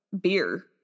beer